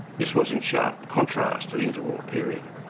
this was in sharp contrast to the interval period.